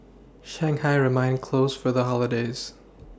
Shanghai remained closed for the holidays